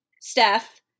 Steph